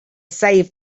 save